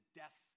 death